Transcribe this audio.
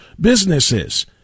businesses